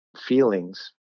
feelings